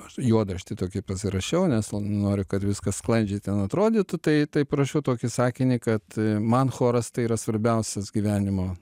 aš juodraštį tokį pasirašiau nes noriu kad viskas sklandžiai ten atrodytų tai taip rašiau tokį sakinį kad man choras tai yra svarbiausias gyvenimo